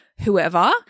whoever